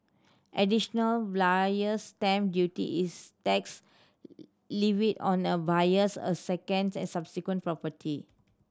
Additional Buyer's Stamp Duty is tax levied on a buyer's a second and subsequent property